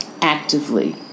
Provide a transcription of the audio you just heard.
actively